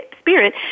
spirit